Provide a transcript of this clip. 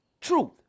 truth